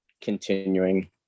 continuing